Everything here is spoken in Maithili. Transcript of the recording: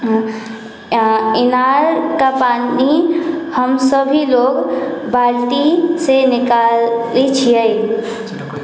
इनार का पानि हम सभी लोग बाल्टीसँ निकालै छियै